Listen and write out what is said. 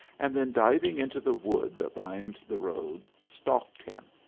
and then, diving into the wood that lined the road, stalked him.